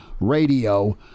Radio